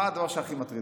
מה הדבר שהכי מטריד?